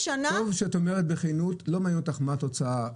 שאת אומרת בכנות שלא מעניין אותך מה התוצאה.